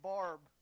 Barb